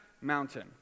Mountain